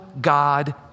God